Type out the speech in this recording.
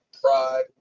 pride